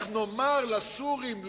איך נאמר לסורים "לא",